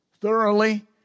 Thoroughly